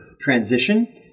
transition